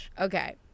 Okay